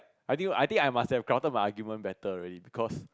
I think I think I must have gotten my argument better already because